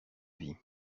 vie